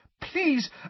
Please